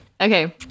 Okay